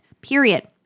period